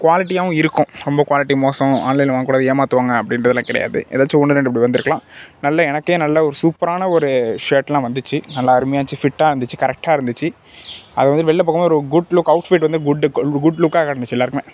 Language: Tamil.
குவாலிட்டியாகவும் இருக்கும் ரொம்ப குவாலிட்டி மோசம் ஆன்லைனில் வாங்கக்கூடாது ஏமாற்றுவாங்க அப்படின்றதுலாம் கிடையாது எதாச்சும் ஒன்று ரெண்டு இப்படி வந்துருக்கலாம் நல்ல எனக்கே நல்ல ஒரு சூப்பரான ஒரு ஷர்ட்லாம் வந்துச்சு நல்லா அருமையாக இருந்துச்சு ஃபிட்டாக இருந்துச்சு கரெக்ட்டாக இருந்துச்சு அதை வந்து வெளியில் போகும்போது ஒரு குட் லுக் அவுட்ஃபிட் வந்து குட் லுக் குட் லுக்காக காட்டினுச்சு எல்லோருக்குமே